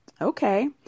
Okay